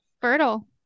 Fertile